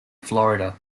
florida